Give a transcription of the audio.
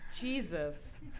Jesus